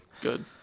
Good